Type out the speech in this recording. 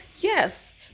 Yes